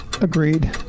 Agreed